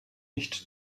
nicht